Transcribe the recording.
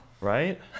Right